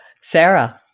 Sarah